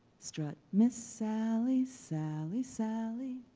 strut miss sally, sally, sally.